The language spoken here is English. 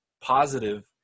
positive